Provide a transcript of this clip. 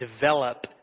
develop